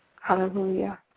Hallelujah